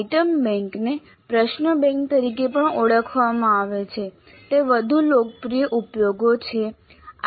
item બેંકને પ્રશ્ન bank તરીકે પણ ઓળખવામાં આવે છે તે વધુ લોકપ્રિય ઉપયોગ છે